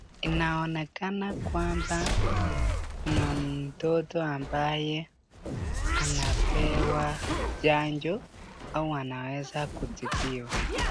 Inaonekana kwamba kuna mtoto ambaye anapewa chanjo ama anaweza kutibiwa.